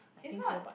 is not